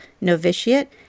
novitiate